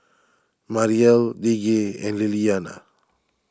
Mariel Lige and Liliana